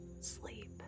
sleep